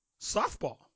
softball